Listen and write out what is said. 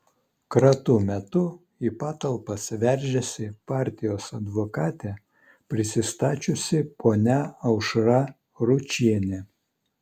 kratų metu į patalpas veržėsi partijos advokate prisistačiusi ponia aušra ručienė